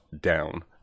down